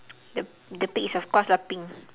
the the pig is of course lah pink